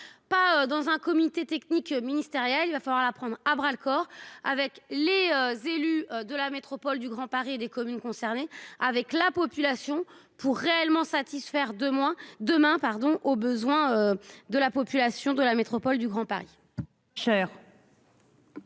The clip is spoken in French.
Pas dans un comité technique ministériel, il va falloir la prendre à bras le corps avec les élus de la métropole du Grand Paris et des communes concernées avec la population pour réellement satisfaire de moins demain pardon aux besoins de la population de la métropole du Grand Paris.